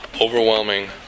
overwhelming